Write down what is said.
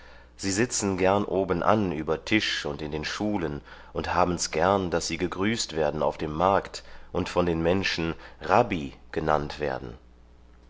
sie sitzen gern obenan über tisch und in den schulen und haben's gern daß sie gegrüßt werden auf dem markt und von den menschen rabbi genannt werden